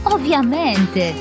Ovviamente